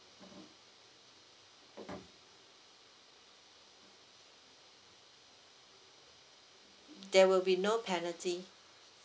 there will be no penalty